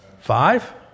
Five